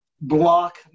Block